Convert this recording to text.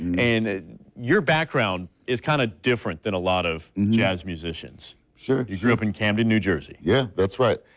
and your background is kind of different than a lot of jazz musicians. uh-huh, sure. you grew up in camden, new jersey. yeah that's right,